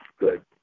Good